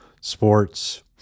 sports